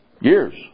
years